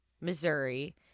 Missouri